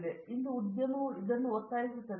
ಆದ್ದರಿಂದ ಇಂದು ಉದ್ಯಮವು ಇದನ್ನು ಒತ್ತಾಯಿಸುತ್ತದೆ